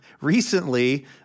recently